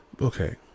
Okay